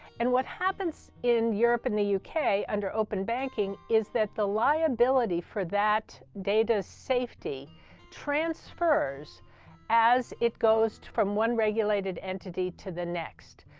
and what happens in europe and the yeah uk under open banking is that the liability for that data safety transfers as it goes from one regulated entity to the next.